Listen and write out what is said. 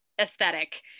aesthetic